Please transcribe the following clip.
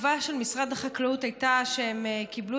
התגובה של משרד החקלאות הייתה שהם קיבלו